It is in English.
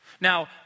Now